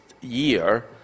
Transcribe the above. year